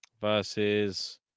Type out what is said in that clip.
versus